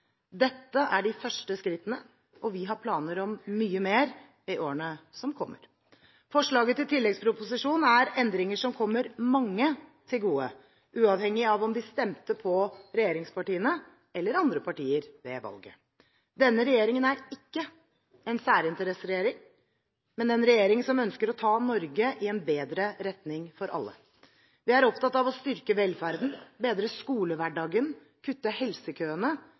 Dette er de første skrittene, og vi har planer om mye mer i årene som kommer. Forslaget til tilleggsproposisjon er endringer som kommer mange til gode, uavhengig av om de stemte på regjeringspartiene eller andre partier ved valget. Denne regjeringen er ikke en særinteresseregjering, men en regjering som ønsker å ta Norge i en bedre retning for alle. Vi er opptatt av å styrke velferden, bedre skolehverdagen, kutte helsekøene,